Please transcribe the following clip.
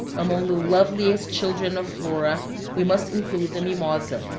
among the loveliest children of flora we must include the mimosa,